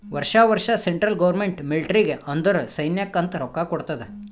ವರ್ಷಾ ವರ್ಷಾ central government ಮಿಲ್ಟ್ರಿಗ್ ಅಂದುರ್ ಸೈನ್ಯಾಕ್ ಅಂತ್ ರೊಕ್ಕಾ ಕೊಡ್ತಾದ್